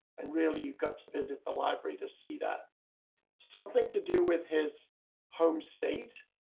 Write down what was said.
and really, you've got to visit the library to see that something to do with his home state.